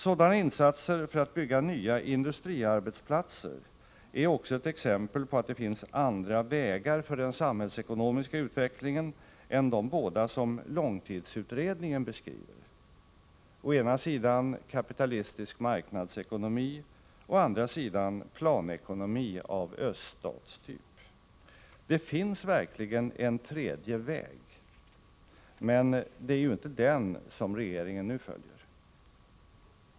Sådana insatser för att bygga nya industriarbetsplatser är också ett exempel på att det finns andra vägar för den samhällsekonomiska utvecklingen än de båda som långtidsutredningen beskriver — å ena sidan kapitalistisk marknadsekonomi, å andra sidan planekonomi av öststatstyp. Det finns verkligen en tredje väg, men det är ju inte den som regeringen nu följer.